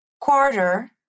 quarter